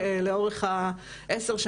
עדיין הפער.